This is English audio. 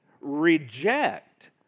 reject